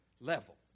level